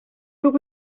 but